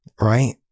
Right